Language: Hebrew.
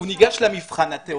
הוא ניגש למבחן התיאורטי.